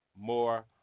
more